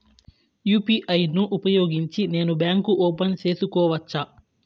UPI ను ఉపయోగించి నేను బ్యాంకు ఓపెన్ సేసుకోవచ్చా?